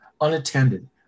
unattended